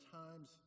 times